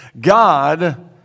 God